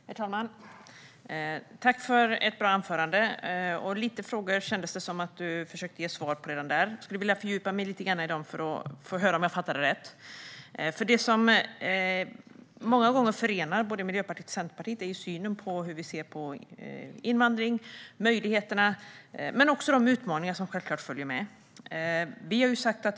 Herr talman! Tack, Maria Ferm, för ett bra anförande! Det kändes som om du försökte ge svar på en del frågor redan från början, men jag skulle vilja fördjupa mig lite för att höra om jag uppfattade dig rätt. Det som många gånger förenar Miljöpartiet och Centerpartiet är synen på invandring, och det gäller både möjligheter och utmaningar som självklart följer med.